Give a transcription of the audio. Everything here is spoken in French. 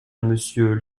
monsieur